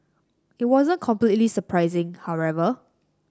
it wasn't completely surprising however